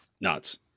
nuts